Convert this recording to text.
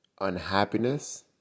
Unhappiness